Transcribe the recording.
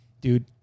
Dude